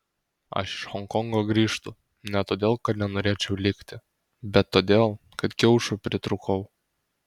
aš iš honkongo grįžtu ne todėl kad nenorėčiau likti bet todėl kad kiaušų pritrūkau